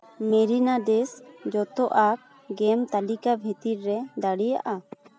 ᱢᱮᱨᱤᱱᱟ dish ᱡᱚᱛᱚ ᱟᱨ ᱜᱮᱢ ᱛᱟᱹᱞᱤᱠᱟ ᱵᱷᱤᱛᱤᱨ ᱨᱮ ᱫᱟᱲᱮᱭᱟᱜᱼᱟ